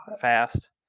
Fast